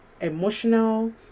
emotional